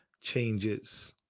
changes